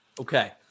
Okay